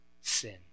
sin